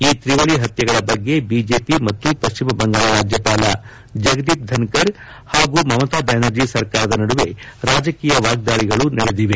ಈ ತ್ರಿವಳಿ ಹತ್ತೆಗಳ ಬಗ್ಗೆ ಬಿಜೆಪಿ ಮತ್ತು ಪಶ್ಚಿಮ ಬಂಗಾಳ ರಾಜ್ಯಪಾಲ ಜಗದೀಪ್ ಧನ್ಕರ್ ಹಾಗೂ ಮಮತಾ ಬ್ಲಾನರ್ಜಿ ಸರ್ಕಾರದ ನಡುವೆ ರಾಜಕೀಯ ವಾಗ್ದಾಳಿಗಳು ನಡೆದಿದೆ